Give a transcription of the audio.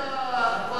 20% מהקואליציה.